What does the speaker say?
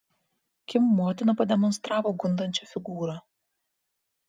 kim motina pademonstravo gundančią figūrą